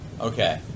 Okay